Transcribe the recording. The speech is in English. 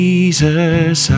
Jesus